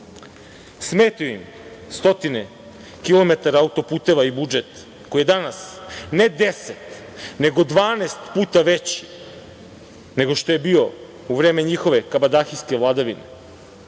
im stotine kilometara auto-puteva i budžet koji je danas ne deset nego dvanaest puta veći nego što je bio u vreme njihove kabadahijske vladavine. Dok